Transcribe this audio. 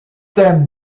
thème